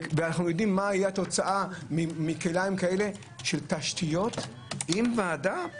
אנחנו יודעים מה התוצאה מכלאיים כאלה של תשתיות עם ועדה?